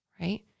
right